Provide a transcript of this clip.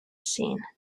scene